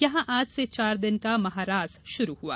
यहां आज से चार दिन का महारास शुरू हुआ